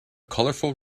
colorful